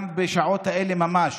גם בשעות האלה ממש